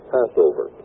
Passover